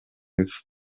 jest